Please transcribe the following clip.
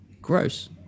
Gross